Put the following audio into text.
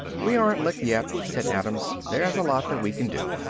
we aren't licked yet, said adams. there's a lot that we can do.